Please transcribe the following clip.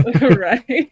Right